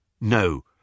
No